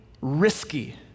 risky